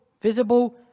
visible